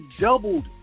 doubled